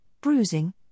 bruising